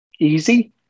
easy